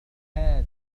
هذا